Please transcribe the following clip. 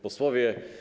Posłowie!